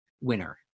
winner